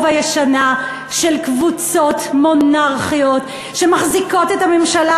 הישנה של קבוצות מונרכיות שמחזיקות את הממשלה,